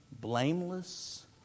Blameless